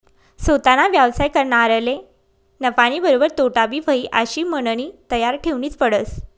सोताना व्यवसाय करनारले नफानीबरोबर तोटाबी व्हयी आशी मननी तयारी ठेवनीच पडस